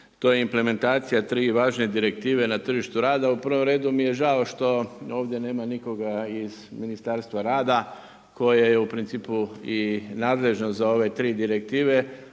to je implementacija tri važne direktive na tržištu rada. U prvom redu mi je žao što ovdje nema nikoga iz Ministarstva rada koje je u principu i nadležno za ove tri direktive,